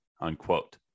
unquote